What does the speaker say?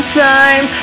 time